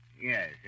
Yes